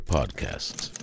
Podcasts